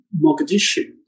Mogadishu